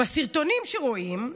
בסרטונים שרואים,